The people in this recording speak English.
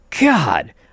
God